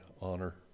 honor